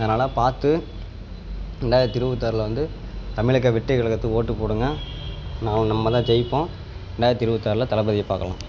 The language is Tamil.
அதனால் பார்த்து ரெண்டாயிரத்தி இருபத்தாறுல வந்து தமிழக வெற்றி கலகத்துக்கு ஓட்டுப் போடுங்கள் ந நம்ம தான் ஜெயிப்போம் ரெண்டாயிரத்தி இருபத்தாறுல தளபதியை பார்க்கலாம்